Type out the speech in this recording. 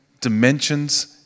dimensions